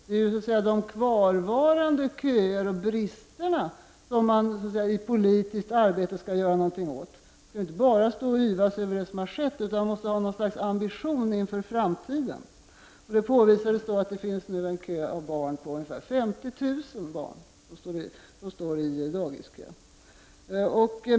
Det är de kvarvarande köerna och bristerna som man i politiskt arbete skall göra något åt. Man kan inte bara stå och yvas över det som har skett, utan man måste ha något slags ambition inför framtiden. Det påvisades att ungefär 50 000 barn står i dagiskö.